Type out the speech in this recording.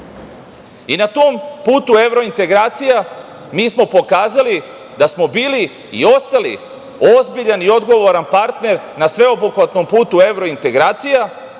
I na tom putu evrointegracija, mi smo pokazali da smo bili i ostali ozbiljan i odgovoran partner na sveobuhvatnom putu evrointegracija,